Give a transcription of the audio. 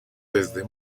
desde